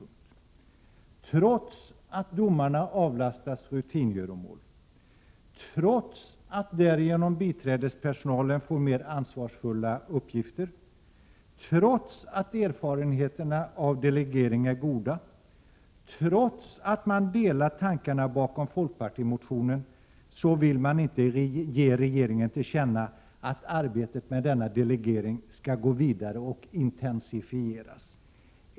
Trots detta, trots att domare avlastas rutingöromål, trots att biträdande personal därigenom får mer ansvarsfulla uppgifter, trots att erfarenheterna av delegering är goda och trots att man delar tankarna bakom folkpartiets motion, så vill man inte ge regeringen till känna att arbetet med denna delegering skall gå vidare och intensifieras.